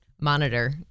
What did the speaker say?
monitor